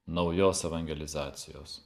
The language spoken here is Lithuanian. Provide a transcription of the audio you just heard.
naujos evangelizacijos